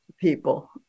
people